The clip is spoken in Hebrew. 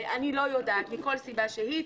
מכל סיבה שהיא.